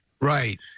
Right